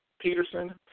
Peterson –